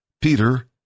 Peter